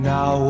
Now